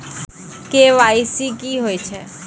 KYC की होय छै?